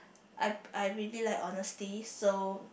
I I really like honesty so